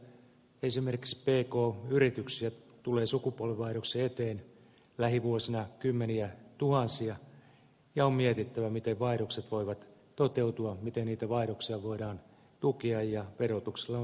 esimerkiksi pk yrityksiä tulee sukupolvenvaihdoksen eteen lähivuosina kymmeniä tuhansia ja on mietittävä miten vaihdokset voivat toteutua miten niitä vaihdoksia voidaan tukea ja verotuksella on siinä tärkeä rooli